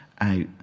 out